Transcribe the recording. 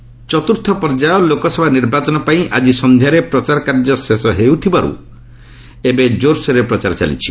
election ଚତ୍ରୁର୍ଥ ପର୍ଯ୍ୟାୟ ଲୋକସଭା ନିର୍ବାଚନ ପାଇଁ ଆଜି ସନ୍ଧ୍ୟାରେ ପ୍ରଚାର କାର୍ଯ୍ୟ ଶେଷ ହେଉଥିବାରୁ ଏବେ କୋର୍ସୋର୍ରେ ପ୍ରଚାର ଚାଲିଛି